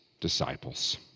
disciples